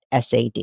SAD